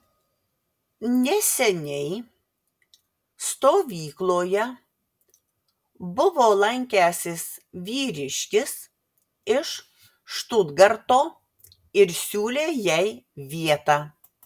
neseniai stovykloje buvo lankęsis vyriškis iš štutgarto ir siūlė jai vietą